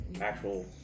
actual